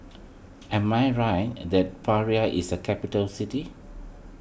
am I right and that Praia is a capital city